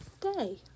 day